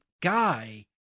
guy